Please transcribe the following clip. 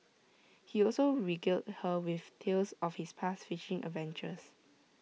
he also regaled her with tales of his past fishing adventures